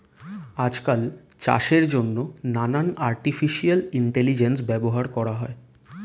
আজকাল চাষের জন্যে নানান আর্টিফিশিয়াল ইন্টেলিজেন্স ব্যবহার করা হয়